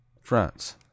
France